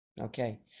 okay